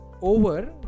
over